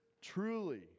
truly